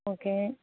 okay